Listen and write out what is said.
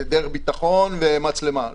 דרך ביטחון ומצלמה.